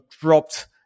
dropped